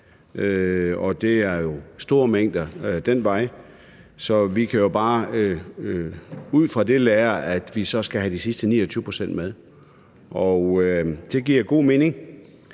det er jo store mængder den vej, så vi kan bare ud fra det lære, at vi skal have de sidste 29 pct. med. Det giver god mening.